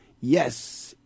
Yes